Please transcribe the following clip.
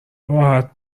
راحت